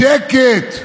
שקט.